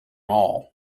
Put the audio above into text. all